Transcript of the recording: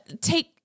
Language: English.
take